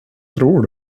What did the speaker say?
tror